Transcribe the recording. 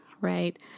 right